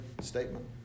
statement